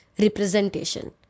representation